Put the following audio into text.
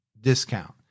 discount